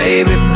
Baby